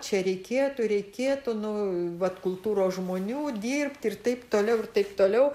čia reikėtų reikėtų nu vat kultūros žmonių dirbti ir taip toliau ir taip toliau